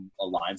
aligns